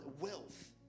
wealth